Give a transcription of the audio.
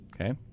okay